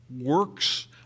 works